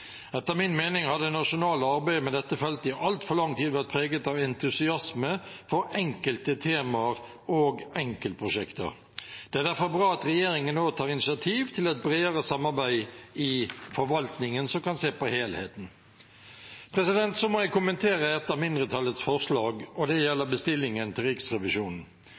Etter min mening har det nasjonale arbeidet med dette feltet i altfor lang tid vært preget av entusiasme for enkelte temaer og enkeltprosjekter. Det er derfor bra at regjeringen nå tar initiativ til et bredere samarbeid i forvaltningen, som kan se på helheten. Så må jeg kommentere et av mindretallets forslag, og det gjelder bestillingen til Riksrevisjonen.